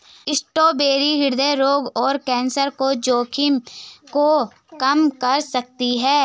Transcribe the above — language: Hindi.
स्ट्रॉबेरी हृदय रोग और कैंसर के जोखिम को कम कर सकती है